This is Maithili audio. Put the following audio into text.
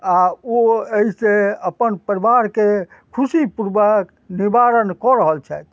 आओर ओ अइसँ अपन परिवारके खुशीपूर्वक निवारण कऽ रहल छथि